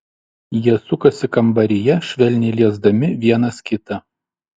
jie sukasi kambaryje švelniai liesdami vienas kitą